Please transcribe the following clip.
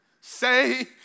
Say